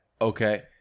Okay